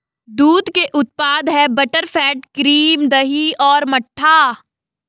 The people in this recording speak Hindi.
दूध के उत्पाद हैं बटरफैट, क्रीम, दही और मट्ठा